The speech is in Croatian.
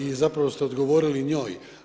I zapravo ste odgovorili njoj.